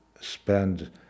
spend